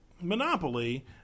monopoly